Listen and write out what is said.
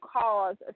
cause